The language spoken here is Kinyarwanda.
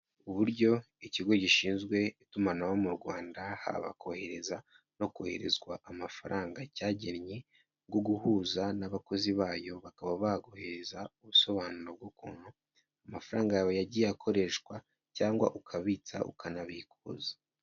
Uburyo ikigo gishinzwe itumanaho mu Rwanda haba kohereza no koherezwa amafaranga cyagennye bwo guhuza n'abakozi bayo, bakaba baguhereza ubusobanuro bw'ukuntu amafaranga yawe yagiye akoreshwa cyangwa ukabitsa, ukanabikuza.